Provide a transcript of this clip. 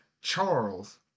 Charles